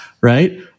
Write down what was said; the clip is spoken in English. right